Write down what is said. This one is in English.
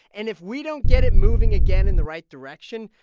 and if we don't get it moving again in the right direction,